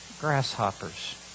grasshoppers